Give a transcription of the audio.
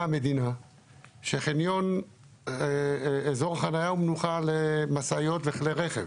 המדינה שחניון אזור חניה ומנוחה למשאיות וכלי רכב